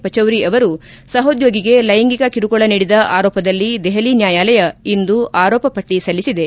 ಪಚೌರಿ ಅವರು ಸಹೋದ್ಯೋಗಿಗೆ ಲೈಂಗಿಕ ಕಿರುಕುಳ ನೀಡಿದ ಆರೋಪದಲ್ಲಿ ದೆಹಲಿ ನ್ಯಾಯಾಲಯ ಇಂದು ಆರೋಪ ಪಟ್ಟ ಸಲ್ಲಿಸಿದೆ